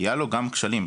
היו לו גם כשלים.